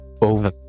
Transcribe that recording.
over